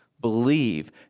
believe